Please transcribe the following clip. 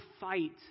fight